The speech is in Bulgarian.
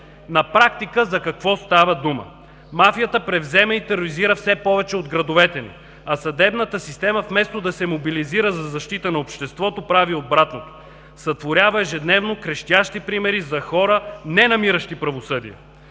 На практика за какво става дума. Мафията превзема и тероризира все повече от градовете ни, а съдебната система вместо да се мобилизира за защита на обществото, прави обратното. Сътворява ежедневно крещящи примери за хора, ненамиращи правосъдие.